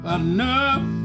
enough